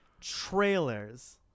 trailers